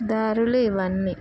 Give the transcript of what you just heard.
దారులు ఇవన్నీ